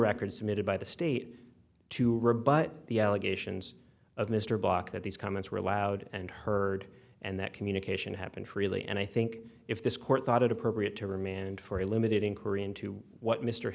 record submitted by the state to rebut the allegations of mr bach that these comments were allowed and heard and that communication happened freely and i think if this court thought it appropriate to remand for a limited inquiry into what mr